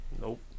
Nope